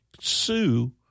Sue